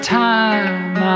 time